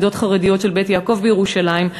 לתלמידות חרדיות של "בית יעקב" בירושלים,